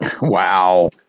Wow